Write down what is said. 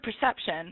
perception